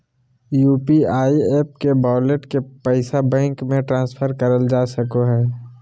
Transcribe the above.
UPI app के wallet के पैसा बैंक मे ट्रांसफर करल जा सको हय